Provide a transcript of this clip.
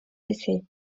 essais